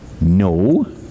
no